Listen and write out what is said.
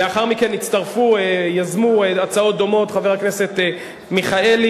לאחר מכן יזמו הצעות דומות חבר הכנסת מיכאלי,